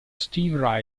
steve